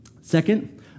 Second